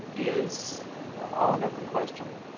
is all an open question.